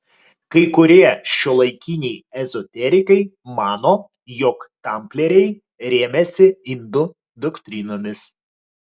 kai kurie šiuolaikiniai ezoterikai mano jog tamplieriai rėmėsi indų doktrinomis